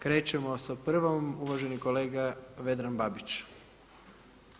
Krećemo sa prvom, uvaženi kolega Vedran Babić.